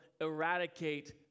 eradicate